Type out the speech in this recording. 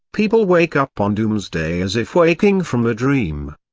people wake up on doomsday as if waking from a dream.